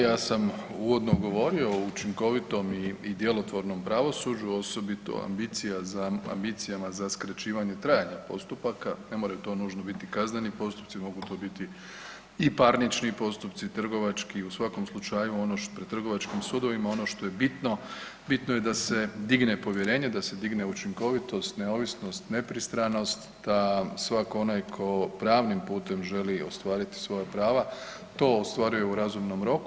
Točno je, ja sam uvodno govorio o učinkovitom i djelotvornom pravosuđu, osobito ambicijama za skraćivanje trajanja postupaka, ne mora to nužno biti kazneni postupci, mogu to biti i parnični postupci i trgovački, u svakom slučaju ono što, pred trgovačkim sudovima ono što je bitno, bitno je da se digne povjerenje, da se digne učinkovitost, neovisnost, nepristranost, da svako onaj tko pravnim putem želi ostvariti svoja prava, to ostvaruje u razumnom roku.